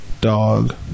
dog